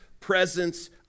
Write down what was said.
presence